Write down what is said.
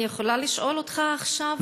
אז אני יכולה לשאול אותך עכשיו?